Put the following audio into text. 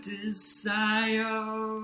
desire